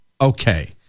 okay